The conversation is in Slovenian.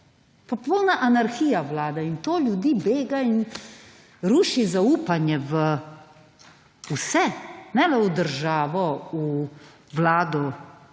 Popolna anarhija vlada in to ljudi bega in ruši zaupanje v vse, ne le v državo, v vlado,